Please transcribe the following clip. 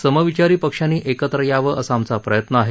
समविचारी पक्षांनी एकत्र यावं असा आमचा प्रयत्न आहे